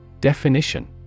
Definition